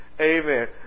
Amen